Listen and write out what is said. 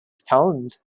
stones